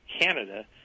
Canada